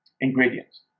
ingredients